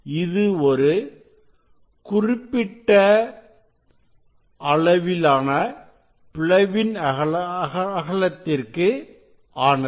இது ஒரு குறிப்பிட்ட அழகானது பிளவின் அகலத்திற்கு ஆனது